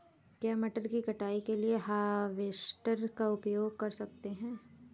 क्या मटर की कटाई के लिए हार्वेस्टर का उपयोग कर सकते हैं?